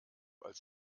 als